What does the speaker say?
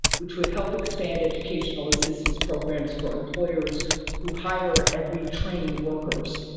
which would help expand educational assistance programs for employers who hire and retrain workers.